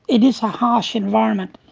it is a harsh environment,